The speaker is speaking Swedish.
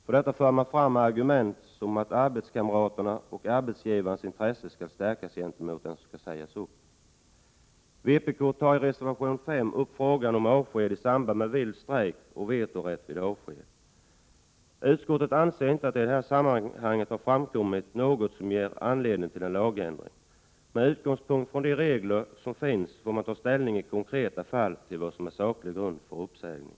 För detta för man fram argument som att arbetskamraternas och arbetsgivarens intressen skall stärkas gentemot den som skall sägas upp. Utskottet anser inte att det i detta sammanhang har framkommit något som ger anledning till en lagändring. Med utgångspunkt i de regler som finns får man ta ställning i konkreta fall till vad som är saklig grund för uppsägning.